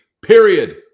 period